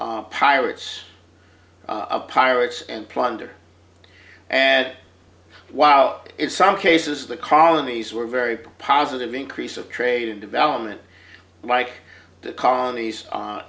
pirates pirates and plunder and wow it's some cases the colonies were very positive increase of trade and development like the colonies